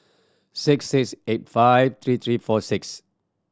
six six eight five three three four six